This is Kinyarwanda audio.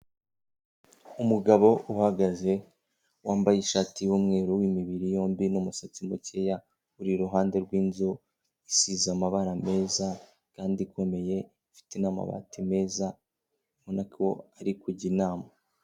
Umugabo uhagaze wambaye ishati y'umweru w'imibiri yombi n'umusatsi mukeya, uri iruhande rwinzu isize amabara meza kandi ikomeye, ifite n'amabati meza, urabona ko ari kujya inama.